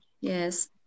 yes